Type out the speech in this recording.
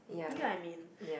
you get what I mean